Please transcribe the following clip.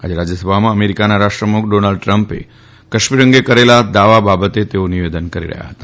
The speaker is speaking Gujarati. આજે રાજ્યસભામાં અમેરીકાના રાષ્ટ્રપ્રમુખ ડોનાલ્ડ ટ્રમ્પે કાશ્મીર અંગે કરેલા દાવા બાબતે તેઓ નિવેદન કરી રહ્યા હતા